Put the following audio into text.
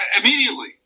immediately